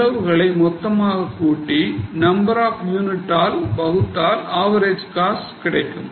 செலவுகளை மொத்தமாக கூட்டி நம்பர் ஆப் யூனிட்டால் வகுத்தால் average cost கிடைக்கும்